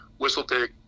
Whistlepig